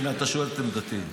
אם אתה שואל את עמדתי,